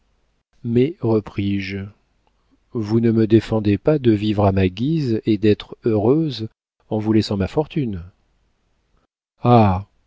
mais repris-je vous ne me défendez pas de vivre à ma guise et d'être heureuse en vous laissant ma fortune